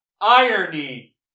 Irony